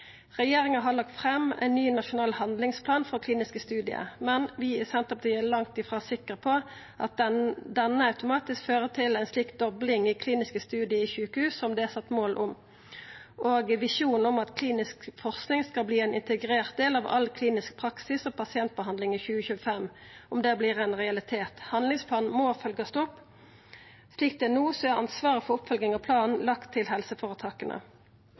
Regjeringa har lagt fram ein ny nasjonal handlingsplan for kliniske studiar, men vi i Senterpartiet er langt frå sikre på at det automatisk fører til ei slik dobling av kliniske studiar i sjukehus som det er sett mål om, og visjonen om at klinisk forsking skal verta ein integrert del av all klinisk praksis og pasientbehandling i 2025, om det vert ein realitet. Handlingsplanen må følgjast opp. Slik det er no, er ansvaret for oppfølginga av planen lagd til helseføretaka.